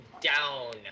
down